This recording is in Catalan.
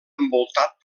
envoltat